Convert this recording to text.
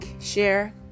share